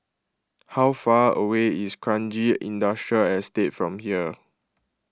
how far away is Kranji Industrial Estate from here